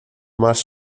más